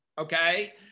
okay